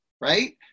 right